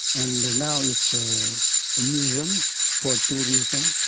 and now it's a museum for tourism.